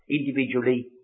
individually